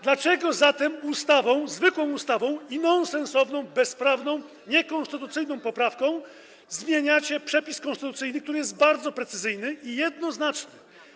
Dlaczego zatem ustawą, zwykłą ustawą i mało sensowną, bezprawną, niekonstytucyjną poprawką zmieniacie przepis konstytucyjny, który jest bardzo precyzyjny i jednoznaczny?